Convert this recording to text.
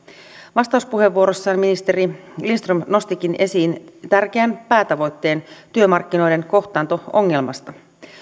vastauspuheenvuorossaan ministeri lindström nostikin esiin tärkeän päätavoitteen työmarkkinoiden kohtaanto ongelmasta